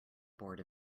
board